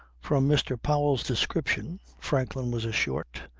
from mr. powell's description franklin was a short,